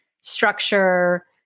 structure